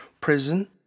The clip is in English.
prison